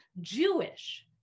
Jewish